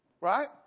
right